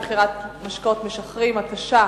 (הגבלה של מכירת משקאות משכרים), התש"ע